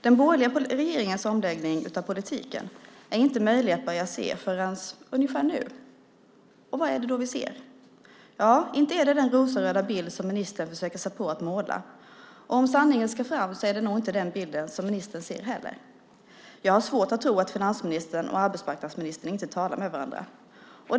Den borgerliga regeringens omläggning av politiken är inte möjlig att börja se förrän ungefär nu. Vad är det då vi ser? Inte är det den rosenröda bild som ministern försöker sig på att måla, och om sanningen ska fram är det nog inte den bilden som ministern ser heller. Jag har svårt att tro att finansministern och arbetsmarknadsministern inte talar med varandra.